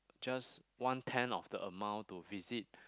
just one ten of the amount to visit